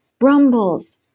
rumbles